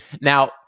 Now